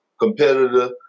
competitor